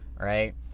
right